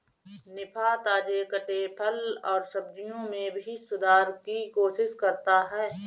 निफा, ताजे कटे फल और सब्जियों में भी सुधार की कोशिश करता है